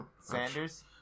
Sanders